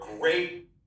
great